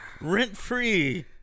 rent-free